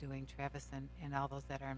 doing travis and and all those that are